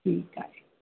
ठीकु आहे